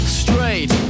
straight